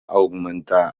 augmentar